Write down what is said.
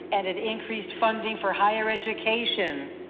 and it increased funding for higher education,